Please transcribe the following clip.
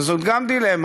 שגם זאת דילמה.